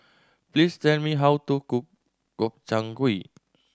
please tell me how to cook Gobchang Gui